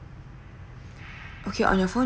okay on your phone